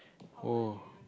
oh